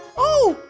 oh,